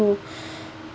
to